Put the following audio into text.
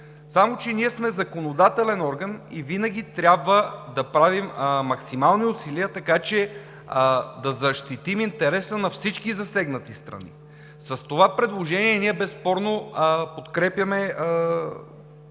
Само че ние сме законодателен орган и винаги трябва да правим максимални усилия, така че да защитим интереса на всички засегнати страни. С това предложение ние безспорно подкрепяме